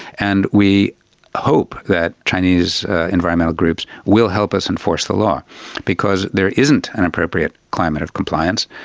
and we hope that chinese environmental groups will help us enforce the law because there isn't an appropriate climate of compliance.